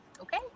okay